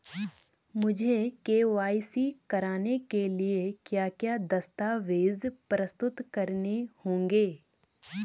मुझे के.वाई.सी कराने के लिए क्या क्या दस्तावेज़ प्रस्तुत करने होंगे?